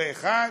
זה אחד,